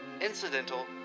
incidental